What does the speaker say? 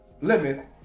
limit